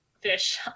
fish